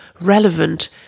relevant